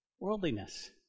Worldliness